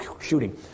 shooting